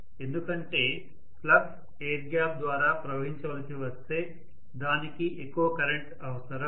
ఎందుకంటే flux air gap ద్వారా ప్రవహించవలసి వస్తే దానికి ఎక్కువ కరెంట్ అవసరం